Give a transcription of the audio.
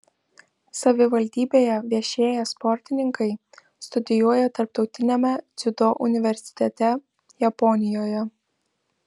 savivaldybėje viešėję sportininkai studijuoja tarptautiniame dziudo universitete japonijoje